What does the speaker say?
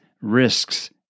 risks